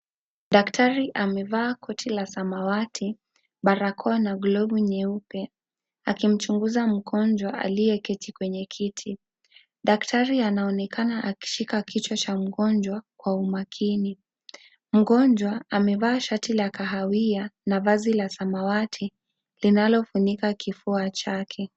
Daktari amevaa koti la samawati, barakoa na glovu nyeupe, akimchunguza mgonjwa aliyeketi kwenye kiti. Daktari anaonekana akishika kichwa cha mgonjwa kwa umakini. Mgonjwa amevaa shati la Kahawia na vazi la samawati linalofunika kifua chake.